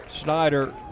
Snyder